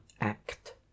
act